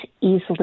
easily